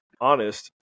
honest